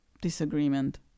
disagreement